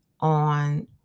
on